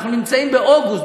אנחנו נמצאים באוגוסט,